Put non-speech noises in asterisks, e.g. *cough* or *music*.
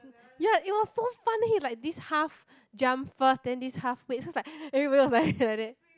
ya it was so fun then he like this half jump first then this half wait so it's like *breath* everybody was like *breath* like that